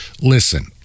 listen